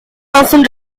often